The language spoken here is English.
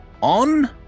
on